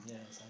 Yes